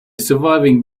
surviving